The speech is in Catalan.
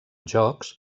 jocs